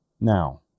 Now